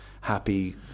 happy